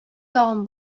тагын